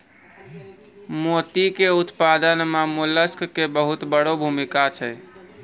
मोती के उपत्पादन मॅ मोलस्क के बहुत वड़ो भूमिका छै